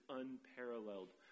unparalleled